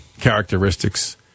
characteristics